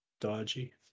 Dodgy